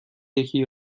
یکی